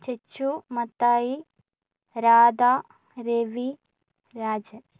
Chechu Mathai Radha Ravi Rajan